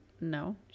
No